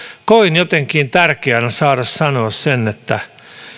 koin jotenkin tärkeänä saada sanoa sen että